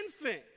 infant